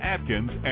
Atkins